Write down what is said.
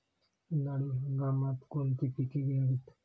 उन्हाळी हंगामात कोणती पिके घ्यावीत?